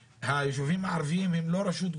היישובים הערביים הם לא רשות גובלת,